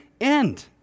end